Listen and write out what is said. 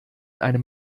einem